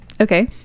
Okay